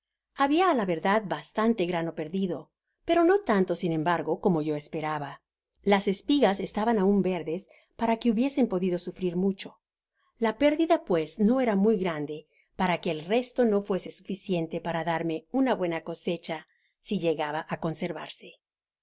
habia á la verdad bastante grano perdido pero no tanto sin embargo como yo esperabanlas espigas estaban aun verdes para que hubiesen podido sufrir mucho la pérdida pues no era muy grande para que el resto no fuese sugciente para darme una buena cosecha si llegaba á conservarse